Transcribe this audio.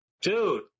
dude